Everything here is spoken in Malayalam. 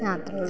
ആ അത്രയേയുള്ളൂ